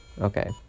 Okay